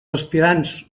aspirants